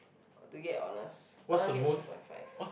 to get honest I want get three point five